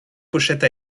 pochette